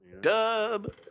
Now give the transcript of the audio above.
Dub